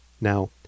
Now